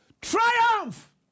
triumph